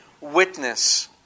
witness